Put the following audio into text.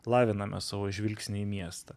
laviname savo žvilgsnį į miestą